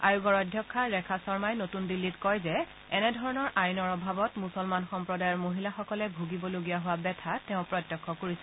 আয়োগৰ অধ্যক্ষা ৰেখা শৰ্মাই নতূন দিল্লীত কয় যে এনে ধৰণৰ আইনৰ অভাৱত মুছলমান সম্প্ৰদায়ৰ মহিলাসকলে ভুগিবলগীয়া হোৱা বেথা তেওঁ প্ৰত্যক্ষ কৰিছে